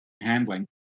handling